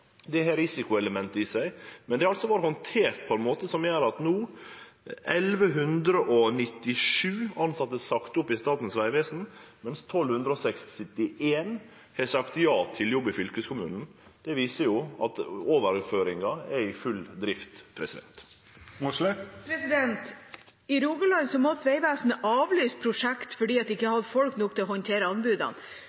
at 1197 tilsette no er sagde opp i Statens vegvesen, mens 1261 har sagt ja til jobb i fylkeskommunen. Det viser at overføringa er i full drift. I Rogaland måtte Vegvesenet avlyse prosjekter fordi de ikke